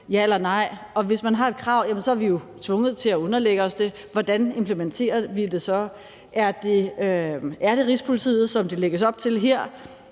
ja eller nej? Og hvis man stiller et krav, er vi jo tvunget til at underlægge os det. Hvordan implementerer vi det så? Er det Rigspolitiet, som der lægges op til her,